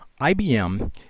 IBM